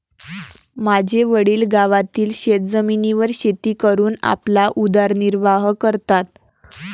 माझे वडील गावातील शेतजमिनीवर शेती करून आपला उदरनिर्वाह करतात